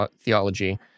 theology